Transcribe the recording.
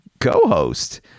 co-host